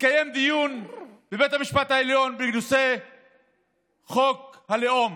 מתקיים דיון בבית המשפט העליון בנושא חוק הלאום.